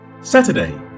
saturday